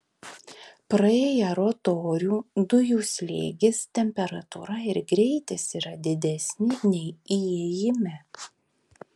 praėję rotorių dujų slėgis temperatūra ir greitis yra didesni nei įėjime